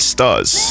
Stars